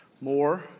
more